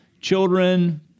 children